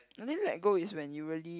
I think let go is when you really